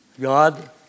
God